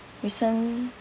recent